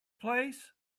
place